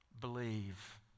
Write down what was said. believe